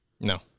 No